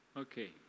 okay